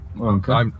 Okay